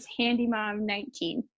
HandyMom19